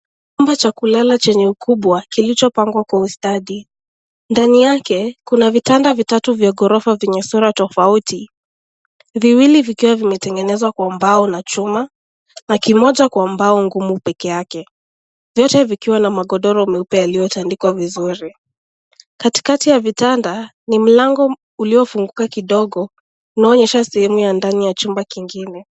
Jumba cha kulala chenye ukubwa kilicho pangwa kwa ustadi, ndani yake kuna vitanda vitatu vya ghorofa venye sura tofauti, viwili vikiwa vimetengezwa kwa mbao na chuma na kimoja kwa mbao ngumu pekee yake, vyote vikiwa na magodoro meupe yaliotandikwa vizuri. Katikati ya kitanda ni mlango uliofunguka kidogo inaonyesha sehemu ya ndani ya jumba kingine.